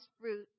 fruit